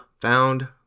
Found